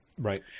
Right